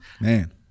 Man